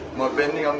my bending um